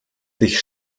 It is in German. sich